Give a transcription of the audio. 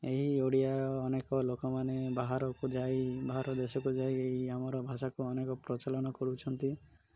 ଏହି ଓଡ଼ିଆ ଅନେକ ଲୋକମାନେ ବାହାରକୁ ଯାଇ ବାହାର ଦେଶକୁ ଯାଇ ଆମର ଭାଷାକୁ ଅନେକ ପ୍ରଚଳନ କରୁଛନ୍ତି